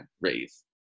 raise